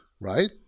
Right